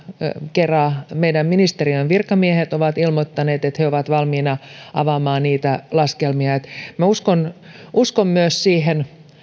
kera meidän ministeriön virkamiehet ovat ilmoittaneet että he ovat valmiina avaamaan niitä laskelmia minä uskon myös siihen